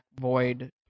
void